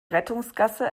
rettungsgasse